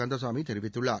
கந்தசாமி தெரிவித்துள்ளார்